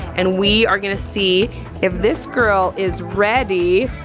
and we are gonna see if this girl is ready.